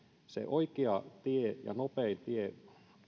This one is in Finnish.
oikea tie ja nopein tie